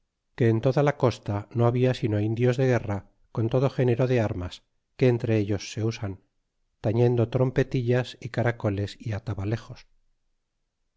que en toda la costa no habla sino indios de guerra con todo genero de armas que entre ellos se usan tañendo trompetillas y caracoles y